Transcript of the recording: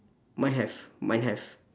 mine have mine have